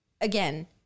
again